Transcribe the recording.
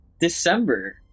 December